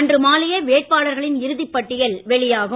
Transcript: அன்று மாலையே வேட்பாளர்களின் இறுதி பட்டியல் வெளியாகும்